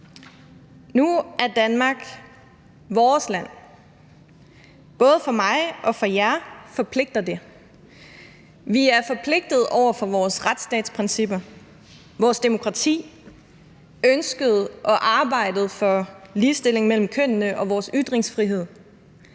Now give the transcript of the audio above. Nu er Danmark vores land. Både for mig og for jer forpligter det. Vi er forpligtede over for vores retsstatsprincipper, vores demokrati, ønsket om og arbejdet for ligestilling mellem kønnene og vores ytringsfrihed.